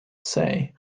say